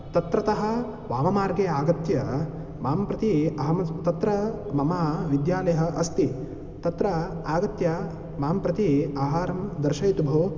तत्रतः वाममार्गे आगत्य मां प्रति अहं तत्र मम विद्यालयः अस्ति तत्र आगत्य मां प्रति आहारं दर्शयतु भोः